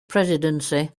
presidency